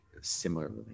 similarly